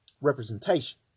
representation